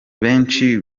benshi